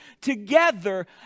together